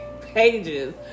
pages